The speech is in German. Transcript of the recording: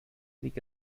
liegt